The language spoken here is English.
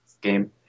Game